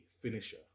finisher